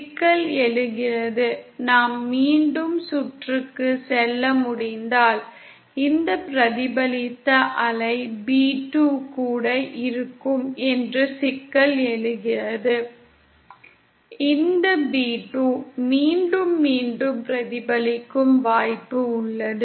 சிக்கல் எழுகிறது நாம் மீண்டும் சுற்றுக்குச் செல்ல முடிந்தால் இந்த பிரதிபலித்த அலை b2 கூட இருக்கும் என்ற சிக்கல் எழுகிறது இந்த b2 மீண்டும் பிரதிபலிக்கும் வாய்ப்பு உள்ளது